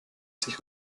sich